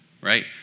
Right